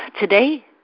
today